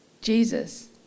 Jesus